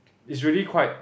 it's really quite